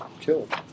killed